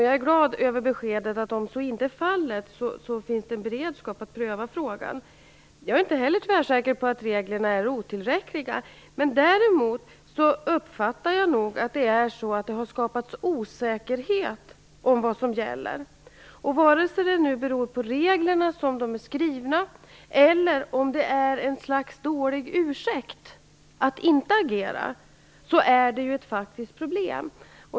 Jag är glad över beskedet att det finns en beredskap att pröva frågan om så inte är fallet. Jag är inte heller tvärsäker på att reglerna är otillräckliga, men däremot uppfattar jag att det har skapats osäkerhet om vad som gäller. Vare sig osäkerheten beror på det sätt på vilket reglerna är skrivna, eller om den används som något slags dålig ursäkt för att inte agera är det ett faktiskt problem.